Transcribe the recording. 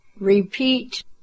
repeat